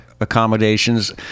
accommodations